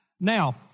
Now